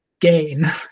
gain